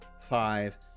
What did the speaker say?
five